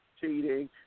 cheating